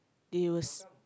they was